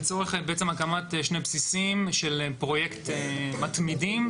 לצורך הקמת שני בסיסים של פרויקט מתמידים.